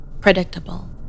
predictable